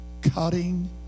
cutting